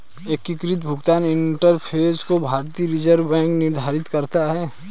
एकीकृत भुगतान इंटरफ़ेस को भारतीय रिजर्व बैंक नियंत्रित करता है